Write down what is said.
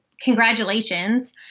congratulations